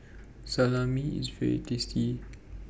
Salami IS very tasty